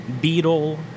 beetle